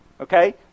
okay